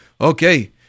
Okay